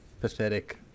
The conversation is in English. pathetic